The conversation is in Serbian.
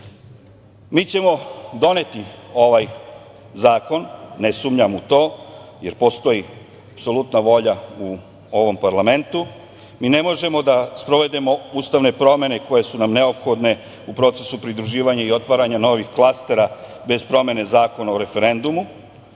ćemo doneti ovaj zakon, ne sumnjam u to, jer postoji apsolutna volja u ovom parlamentu. Mi ne možemo sprovedemo ustavne promene koje su nam neophodne u procesu pridruživanja i otvaranja novih klastera, bez promene Zakona o referendumu.